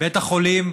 בית החולים,